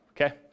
okay